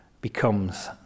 becomes